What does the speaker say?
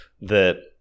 that-